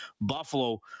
Buffalo